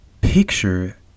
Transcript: Picture